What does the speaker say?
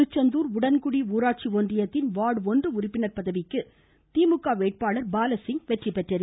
திருச்செந்தூர் உடன்குடி ஊராட்சி ஒன்றியத்தின் வார்டு ஒன்று உறுப்பினர் பதவிக்கு திமுக வேட்பாளர் பாலசிங் வெற்றிபெற்றுள்ளார்